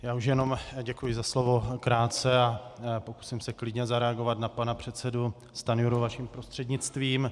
Já už jenom, děkuji za slovo, krátce a pokusím se klidně zareagovat na pana předsedu Stanjuru vaším prostřednictvím.